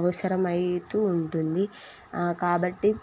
అవసరం అవుతూ ఉంటుంది కాబట్టి